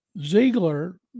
Ziegler